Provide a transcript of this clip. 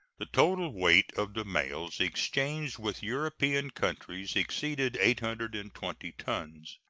the total weight of the mails exchanged with european countries exceeded eight hundred and twenty tons.